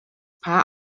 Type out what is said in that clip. paar